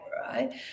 right